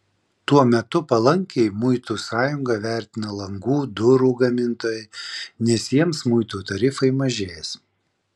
tuo metu palankiai muitų sąjungą vertina langų durų gamintojai nes jiems muitų tarifai mažės